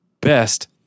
best